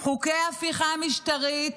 חוקי ההפיכה המשטרית